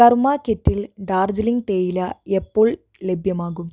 കർമ്മ കെറ്റിൽ ഡാർജിലിംഗ് തേയില എപ്പോൾ ലഭ്യമാകും